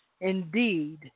indeed